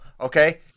Okay